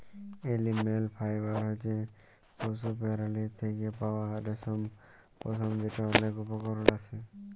animal fibre হছে পশু পেরালীর থ্যাকে পাউয়া রেশম, পশম যেটর অলেক উপকরল আসে